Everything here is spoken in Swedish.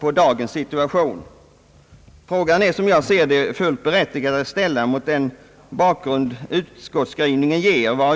Frågan är som jag ser det fullt berättigad att ställa mot den bakgrund utskottsskrivningen ger.